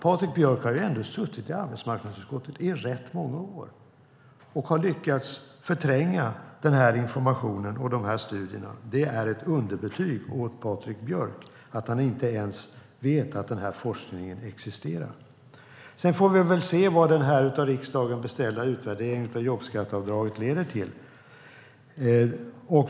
Patrik Björck har suttit i arbetsmarknadsutskottet i rätt många år och har ändå lyckats förtränga den här informationen och de här studierna. Det är ett underbetyg åt Patrik Björck att han inte ens vet att den här forskningen existerar. Sedan får vi se vad den av riksdagen beställda utvärderingen av jobbskatteavdraget leder till.